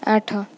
ଆଠ